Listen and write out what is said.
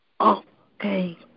Okay